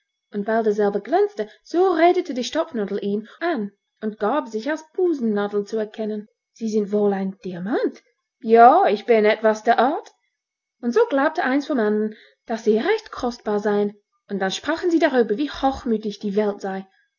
und weil derselbe glänzte so redete die stopfnadel ihn an und gab sich als busennadel zu erkennen sie sind wohl ein diamant ja ich bin etwas der art und so glaubte eins vom andern daß sie recht kostbar seien und dann sprachen sie darüber wie hochmütig die welt sei